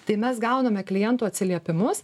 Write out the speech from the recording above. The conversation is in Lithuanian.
tai mes gauname klientų atsiliepimus